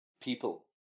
people